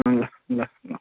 ल ल ल